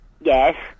Yes